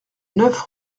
neuf